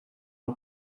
are